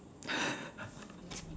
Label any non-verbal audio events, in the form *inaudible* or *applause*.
*breath*